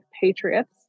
patriots